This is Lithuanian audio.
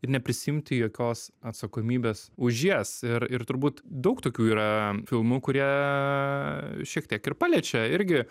ir neprisiimti jokios atsakomybės už jas ir ir turbūt daug tokių yra filmų kurie šiek tiek ir paliečia irgi